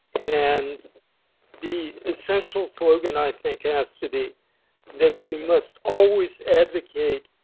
and the essential slogan i think has to be that we must always advocate